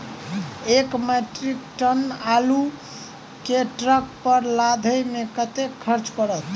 एक metric ton आलु केँ ट्रक पर लदाबै मे कतेक खर्च पड़त?